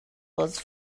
was